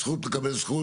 זכות לקבל זכות.